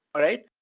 alright?